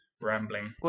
rambling